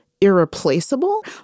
irreplaceable